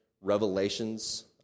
revelations